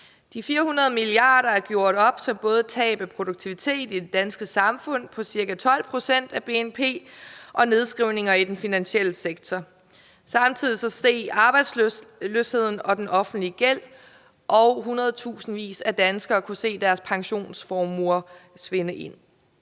De 400 mia. kr. er gjort op i både tab af produktivitet i det danske samfund på ca. 12 pct. af BNP og nedskrivninger i den finansielle sektor. Samtidig steg arbejdsløsheden og den offentlige gæld, og hundredtusindvis af danskere kunne se deres pensionsformuer svinde ind.